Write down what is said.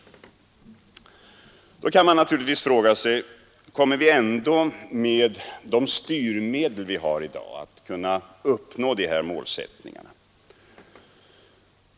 Då kan man naturligtvis fråga sig: Kommer vi med de styrmedel vi har i dag att kunna uppnå våra målsättningar?